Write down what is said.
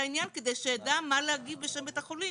העניין כדי שאדע מה להגיד בשם בית החולים.